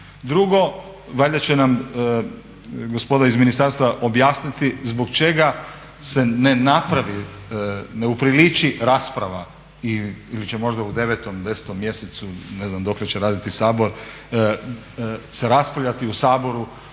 Drugo, valjda će nam gospoda iz ministarstva objasniti zbog čega se ne napravi, ne upriliči rasprava ili će možda u 9, 10 mjesecu, ne znam dokle će raditi Sabor se raspravljati u Saboru